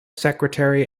secretary